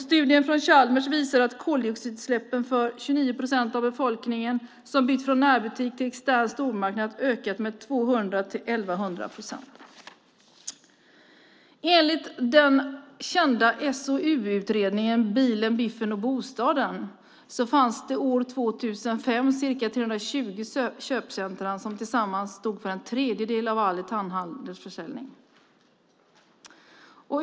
Studien från Chalmers visar att koldioxidutsläppen för de 29 procent av befolkningen som bytt från närbutik till extern stormarknad ökat med 200-1 100 procent. Enligt den kända SOU-utredningen Bilen, biffen och bostaden fanns det 2005 ca 320 köpcentra som tillsammans stod för en tredjedel av all detaljhandelsförsäljning.